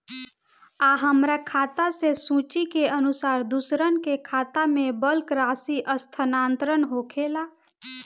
आ हमरा खाता से सूची के अनुसार दूसरन के खाता में बल्क राशि स्थानान्तर होखेला?